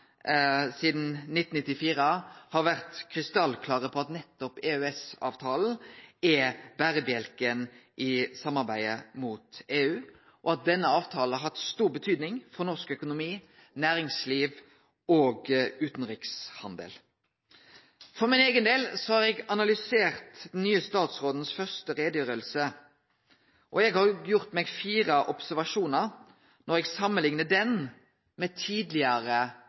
sidan 1994 har vore krystallklare på at nettopp EØS-avtalen er berebjelken i samarbeidet mot EU, og at denne avtalen har hatt stor betydning for norsk økonomi, næringsliv og utanrikshandel. For min eigen del har eg analysert den nye statsrådens første utgreiing, og eg har gjort meg fire observasjonar når eg samanliknar den med tidlegare